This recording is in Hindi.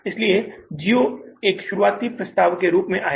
इसलिए Jio एक शुरुआती प्रस्ताव के रूप में आया